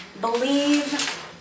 believe